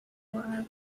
are